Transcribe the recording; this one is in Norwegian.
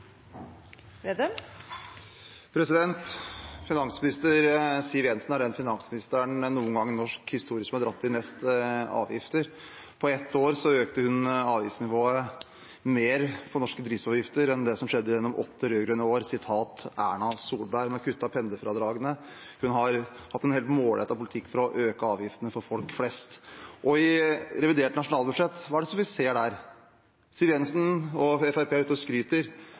Finansminister Siv Jensen er den finansministeren i norsk historie som har tatt inn mest i avgifter. På ett år økte hun avgiftsnivået på norske drivstoffavgifter mer enn det som skjedde gjennom åtte rød-grønne år, har Erna Solberg sagt. Hun har kuttet pendlerfradragene, hun har hatt en helt målrettet politikk for å øke avgiftene for folk flest. Hva ser vi i revidert nasjonalbudsjett? Siv Jensen og Fremskrittspartiet er ute og skryter